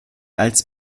als